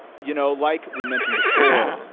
you know, like we mentioned before,